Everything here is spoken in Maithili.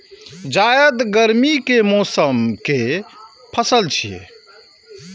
जायद गर्मी के मौसम के पसल छियै